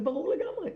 זה ברור לגמרי.